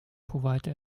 provide